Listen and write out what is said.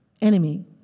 enemy